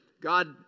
God